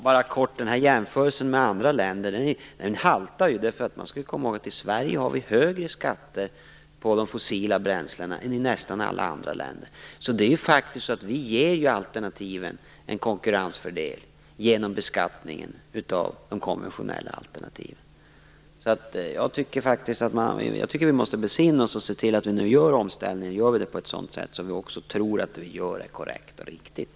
Fru talman! Jag vill bara kort konstatera att jämförelsen med andra länder haltar. I Sverige har vi högre skatter på fossila bränslen än nästan alla andra länder. Vi ger ju alltså alternativen en konkurrensfördel genom beskattningen av de konventionella alternativen. Jag tycker att vi måste besinna oss och se till att när vi nu gör omställningen gör vi det på ett sådant sätt att vi också tror att vi gör det korrekt och riktigt.